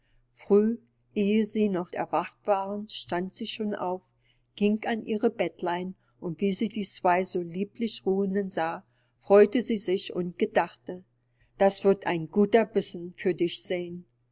ehe sie noch erwacht waren stand sie schon auf ging an ihre bettlein und wie sie die zwei so lieblich ruhen sah freute sie sich und gedachte das wird ein guter bissen für dich seyn